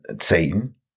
Satan